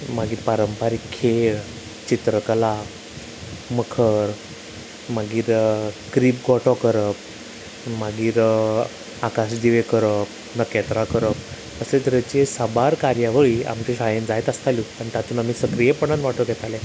मागीर पारंपारीक खेळ चित्रकला मखर मागीर क्रीब गोटो करप मागीर आकाशदिवे करप नखेत्रां करप असले तरेचे साबार कार्यावळी आमच्या शाळेंत जायत आसताल्यो तातूंन आमी सक्रीयपणान वांटो घेताले